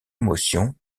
émotion